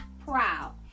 proud